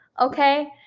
Okay